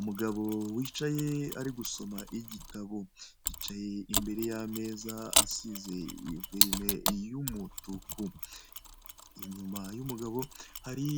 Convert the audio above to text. Umugabo wicaye ari gusoma igitabo yicaye imbere y'ameza asize verine y'umutuku. Inyuma y'umugabo hari